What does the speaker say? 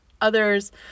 Others